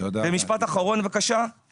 משפט אחרון לצערי הרב,